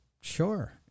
sure